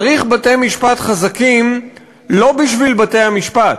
צריך בתי-משפט חזקים לא בשביל בתי-המשפט,